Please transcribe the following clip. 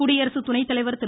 குடியரசு துணைத்தலைவர் திரு